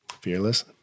Fearless